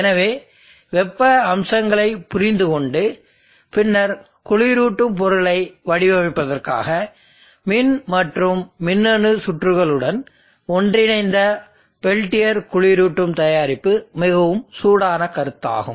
எனவே வெப்ப அம்சங்களைப் புரிந்துகொண்டு பின்னர் குளிரூட்டும் பொருளை வடிவமைப்பதற்காக மின் மற்றும் மின்னணு சுற்றுகளுடன் ஒன்றிணைந்த பெல்டியர் குளிரூட்டும் தயாரிப்பு மிகவும் சூடான கருத்து ஆகும்